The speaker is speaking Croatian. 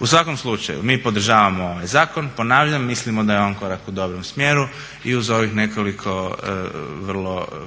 U svakom slučaju mi podržavamo ovaj zakon, ponavljam, mislimo da je on korak u dobrom smjeru i uz ovih nekoliko